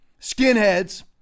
skinheads